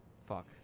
Fuck